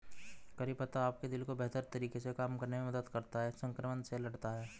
करी पत्ता आपके दिल को बेहतर तरीके से काम करने में मदद करता है, संक्रमण से लड़ता है